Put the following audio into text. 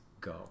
go